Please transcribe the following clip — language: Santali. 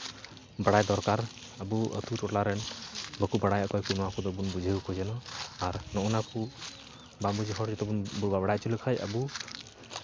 ᱵᱟᱲᱟᱭ ᱫᱚᱨᱠᱟᱨ ᱟᱵᱚ ᱟᱹᱛᱩ ᱴᱚᱞᱟ ᱨᱮᱱ ᱵᱟᱠᱚ ᱵᱟᱲᱟᱭᱟ ᱚᱠᱚᱭ ᱠᱚ ᱱᱚᱣᱟ ᱠᱚᱫᱚ ᱵᱚᱱ ᱵᱩᱡᱷᱟᱹᱣ ᱠᱚᱣᱟ ᱡᱮᱱᱚ ᱟᱨ ᱱᱚᱜᱼᱱᱟ ᱠᱚ ᱵᱟᱝ ᱵᱩᱡᱽ ᱦᱚᱸ ᱜᱮᱛᱚ ᱵᱚᱱ ᱵᱟᱲᱟᱭ ᱦᱚᱪᱚ ᱞᱮᱠᱷᱟᱱ ᱟᱵᱚ